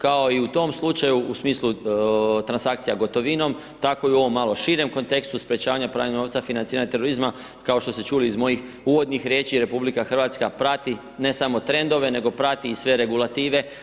Kao i u tom slučaju, u smislu transakcija gotovinom, tako i u ovom malo širem kontekstu, sprečavanje pranja novca financiranja terorizma, kao što ste čuli iz mojih uvodnih riječi, RH prati, ne samo trendove, nego prati i sve regulative.